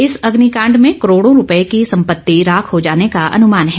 इस अग्निकांड में करोडों रूपये की संपत्ति राख हो जाने का अनुमान है